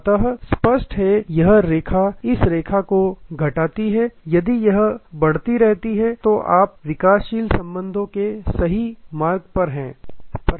अतः स्पष्ट है यह रेखा इस रेखा को घटाती है यदि यह बढ़ती रहती है तो आप विकासशील संबंधों के सही मार्ग पर हैं